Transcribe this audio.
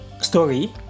story